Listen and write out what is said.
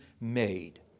made